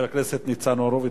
חבר הכנסת ניצן הורוביץ,